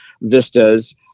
vistas